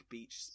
Beach